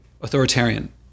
authoritarian